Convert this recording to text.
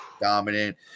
dominant